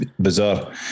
Bizarre